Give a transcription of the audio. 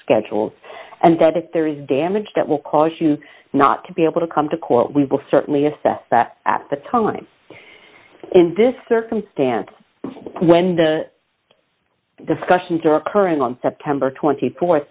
schedules and that if there is damage that will cause you not to be able to come to court we will certainly assess that at the time in this circumstance when the discussions are occurring on september t